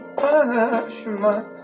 punishment